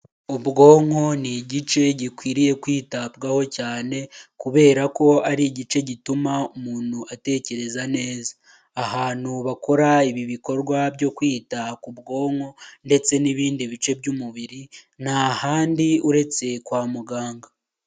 Ubwonko ni igice gikwiriye kwitabwaho cyane, kubera ko ari igice gituma umuntu atekereza neza. Ahantu bakora ibi bikorwa byo kwita ku bwonko ndetse n'ibindi bice by'umubiri, nta handi, uretse kwa muganga.